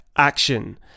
action